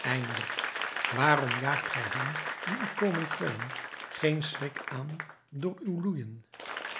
eindelijk waarom jaagt gij hen die u komen kwellen geen schrik aan door uw loeijen